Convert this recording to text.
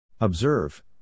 Observe